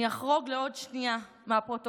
אני אחרוג לעוד שנייה מהפרוטוקול